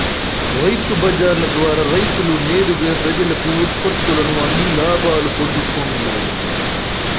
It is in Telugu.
రైతు బజార్ల ద్వారా రైతులు నేరుగా ప్రజలకు ఉత్పత్తుల్లను అమ్మి లాభాలు పొందుతూండ్లు